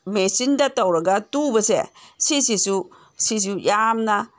ꯃꯦꯆꯤꯟꯗ ꯇꯧꯔꯒ ꯇꯨꯕꯁꯦ ꯁꯤꯁꯤꯁꯨ ꯁꯤꯁꯨ ꯌꯥꯝꯅ